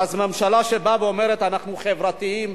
ואז ממשלה שבאה ואומרת: אנחנו חברתיים,